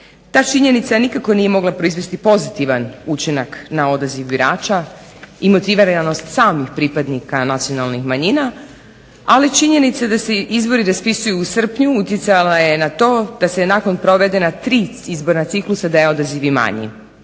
Ta činjenica nikako nije mogla proizvesti pozitivan učinaka na odaziv birača i motiviranost samih pripadnika nacionalnih manjina ali činjenice da se izbori raspisuju u srpnju utjecala je na to da se nakon provedena tri izborna ciklusa da je odaziv i manji.